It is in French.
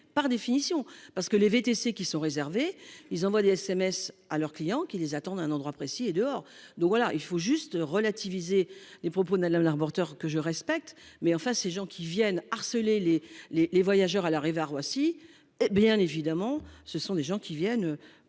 par définition parce que les VTC qui sont réservés, ils envoient des SMS à leurs clients qui les attendent un endroit précis et dehors donc voilà il faut juste relativiser les propos d'Alain là reporteurs que je respecte mais enfin ces gens qui viennent harceler les les les voyageurs à l'arrivée à Roissy et bien évidemment ce sont des gens qui viennent